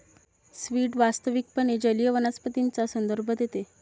seaweed वास्तविकपणे जलीय वनस्पतींचा संदर्भ देते